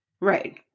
Right